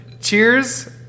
cheers